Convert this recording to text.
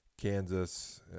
Kansas